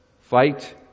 Fight